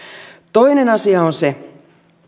toinen asia on se